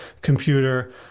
computer